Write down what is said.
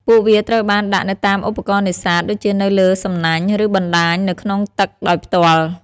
ពួកវាត្រូវបានដាក់នៅតាមឧបករណ៍នេសាទ ដូចជានៅលើសំណាញ់ ឬបណ្ដាញ និងក្នុងទឹកដោយផ្ទាល់។